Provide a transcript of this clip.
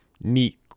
neat